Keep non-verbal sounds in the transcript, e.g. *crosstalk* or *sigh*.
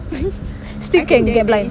*noise* still can get blind